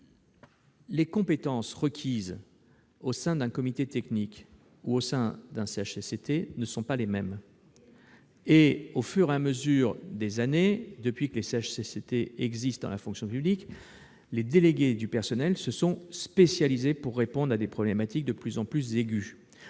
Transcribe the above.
Les compétences requises au sein d'un comité technique et celles requises au sein d'un CHSCT ne sont pas les mêmes. Au fur et à mesure des années, depuis que les CHSCT existent dans la fonction publique, les délégués du personnel se sont spécialisés pour répondre à des problématiques de plus en plus aiguës.